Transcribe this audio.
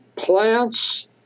plants